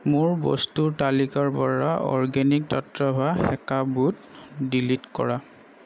মোৰ বস্তুৰ তালিকাৰ পৰা অৰ্গেনিক টাট্টাভা সেকা বুট ডিলিট কৰা